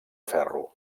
ferro